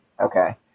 Okay